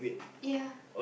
ya